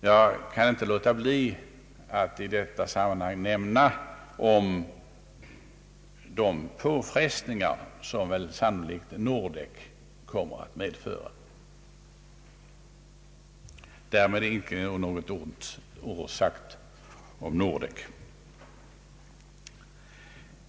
Jag kan inte låta bli att i detta sammanhang nämna de påfrestningar som sannolikt Nordek kommer att medföra; därmed är inte något ont sagt om Nordek.